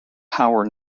power